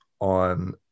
on